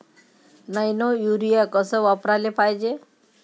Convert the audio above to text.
Nano urea कस वापराले पायजे?